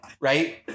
right